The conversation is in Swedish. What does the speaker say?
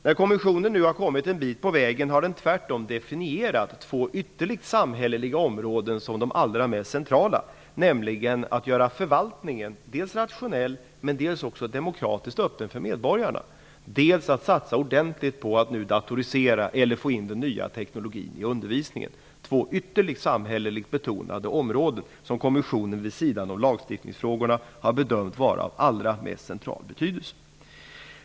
När kommissionen nu har kommit en bit på vägen har den tvärtom definierat två ytterligare samhälleliga områden som de allra mest centrala, nämligen dels att göra förvaltningen rationell och demokratiskt öppen för medborgarna, dels att satsa ordentligt på att nu få in den nya datorteknologin i undervisningen. Det är två ytterligare samhälleligt betonade områden som kommissionen vid sidan om lagstiftningsfrågorna har bedömt vara av allra mest central betydelse.